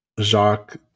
Jacques